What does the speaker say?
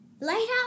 lighthouse